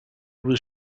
was